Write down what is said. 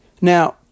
Now